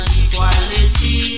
equality